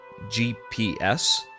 GPS